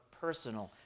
personal